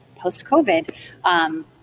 post-COVID